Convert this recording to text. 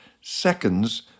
Seconds